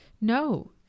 no